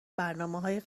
برنامههای